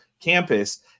campus